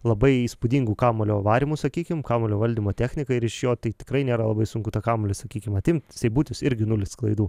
labai įspūdingu kamuolio varymu sakykim kamuolio valdymo technika ir iš jo tai tikrai nėra labai sunku tą kamuolį sakykim atimt seibutis irgi nulis klaidų